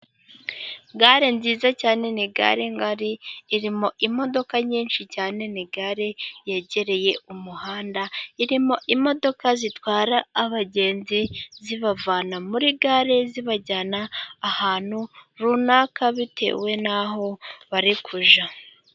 Gare nziza cyane ni gare ngari irimo imodoka nyinshi cyane, ni gare yegereye umuhanda irimo imodoka zitwara abagenzi zibavana muri gare zibajyana ahantu runaka, bitewe n'aho bari kujya.